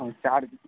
चार